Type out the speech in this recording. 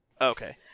Okay